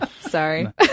sorry